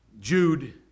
Jude